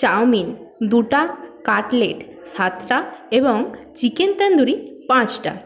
chowmein দুটা cutlet সাতটা এবং চিকেন তন্দুরি পাঁচটা